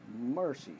mercy